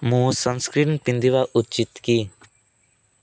ମୁଁ ସନ୍ସ୍କ୍ରିନ୍ ପିନ୍ଧିବା ଉଚିତ୍ କି